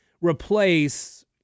replace